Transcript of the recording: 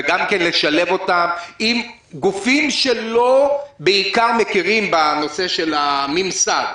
וגם לשלב אותם עם גופים שלא בעיקר מכירים בנושא של הממסד.